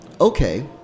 okay